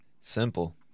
Simple